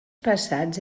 passats